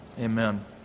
Amen